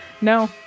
No